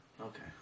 Okay